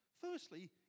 firstly